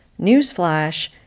Newsflash